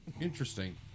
Interesting